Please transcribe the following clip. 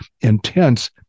intense